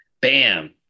Bam